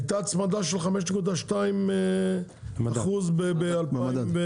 הייתה הצמדה של 5.2% ב-2022,